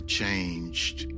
changed